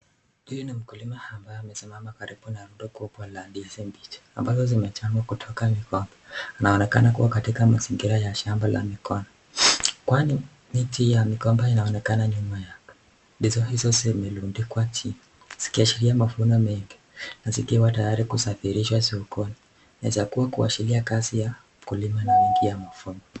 Huyu ni mkulima ambaye amesimama karibu na kopo la ndizi mbichi ambazo zimechanwa kutoka vivya naonekana katika mazingira ya shamba ya migomba kwani miti ya migomba inaonekana nyuma yake ndizo hizo zimerundikwa chini zikiashiria mavuno mengi zikiwa tayari kusafirishwa sokoni inaweza kuwa kuashiria kazi ya mkulima